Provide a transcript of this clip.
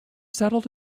settled